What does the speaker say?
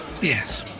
Yes